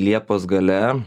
liepos gale